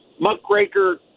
muckraker